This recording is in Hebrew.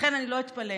לכן אני לא אתפלא,